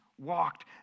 Walked